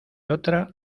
otra